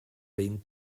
being